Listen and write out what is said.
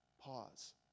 Pause